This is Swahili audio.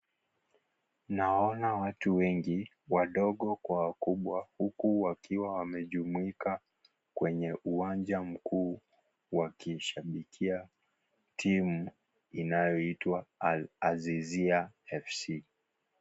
Nawaona watu wengi, wadogo kwa wakubwa, huku wakiwa wamejumuika kwenye uwanja mkuu wakiushabikia timu inayoitwa ALAZIZIA FC.